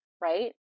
right